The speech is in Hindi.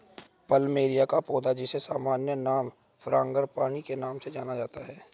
प्लमेरिया का पौधा, जिसे सामान्य नाम फ्रांगीपानी के नाम से भी जाना जाता है